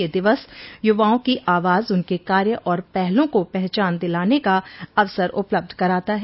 यह दिवस युवाओं की आवाज उनके कार्य और पहलों को पहचान दिलाने का अवसर उपलब्ध कराता है